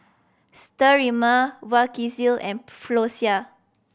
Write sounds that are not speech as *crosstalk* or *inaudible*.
Sterimar Vagisil and *unintelligible* Floxia